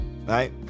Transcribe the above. right